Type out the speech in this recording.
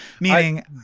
meaning